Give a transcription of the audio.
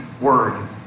word